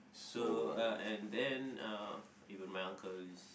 so uh and then uh even my uncle is